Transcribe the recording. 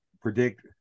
predict